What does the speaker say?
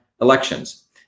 elections